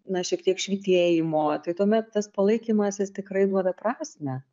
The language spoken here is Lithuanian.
na šiek tiek švytėjimo tai tuomet tas palaikymas jis tikrai duoda prasmę